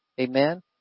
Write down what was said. Amen